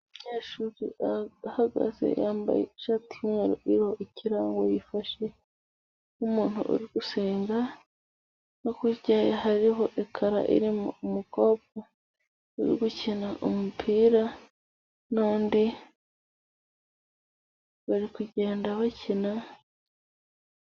Umunyeshuri uhagaze, yambaye ishati yumweru iriho ikirango, yifashe nk'umuntu uri gusenga no hirya hariho ekara irimo umukobwa uri gukina umupira, n'undi bari kugenda bakina.